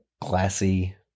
classy